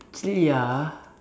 actually ya